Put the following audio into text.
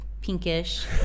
pinkish